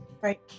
right